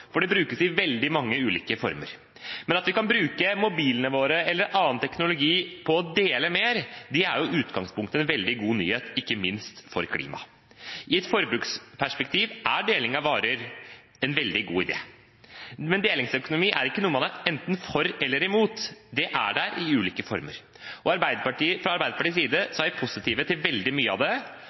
for det brukes i veldig mange ulike former. Men at vi kan bruke mobilene våre eller annen teknologi på å dele mer, det er jo i utgangspunktet en veldig god nyhet, ikke minst for klimaet. I et forbruksperspektiv er deling av varer en veldig god idé. Men delingsøkonomi er ikke noe man er enten for eller imot, det er der i ulike former. Fra Arbeiderpartiets side er vi positive til veldig mye av det,